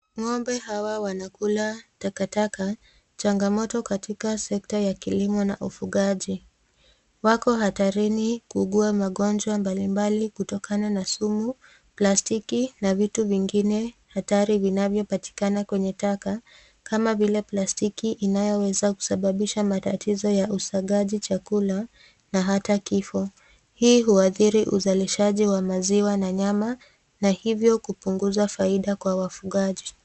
Ngombe hawa wanakula takataka, changamoto katika sekta ya kilimo na ufugaji. Wako hatarini kuugua magonjwa mbali mbali kutokana na sumu, plastiki na vitu vingine hatari vinavyopatikana kwenye taka, kama vile plastiki inayoweza kusababisha matatizo ya usagaji chakula na hata kifo. Hii huadhiri uzalishaji wa maziwa na nyama na hivo kupunguza faida kwa wafugaji.